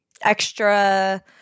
extra